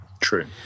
true